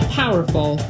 powerful